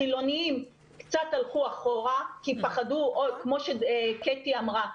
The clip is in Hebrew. החילוניים קצת הלכו אחורה כי פחדו כמו שקטי אמרה,